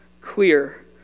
clear